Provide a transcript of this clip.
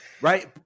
right